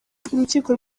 urukiko